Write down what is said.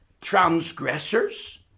transgressors